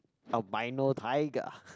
albino tiger